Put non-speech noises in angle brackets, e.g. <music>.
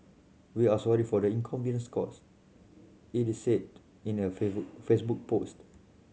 we are sorry for the inconvenience caused it is said in a <unintelligible> Facebook post